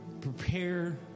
Prepare